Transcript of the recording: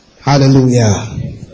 Hallelujah